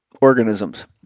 organisms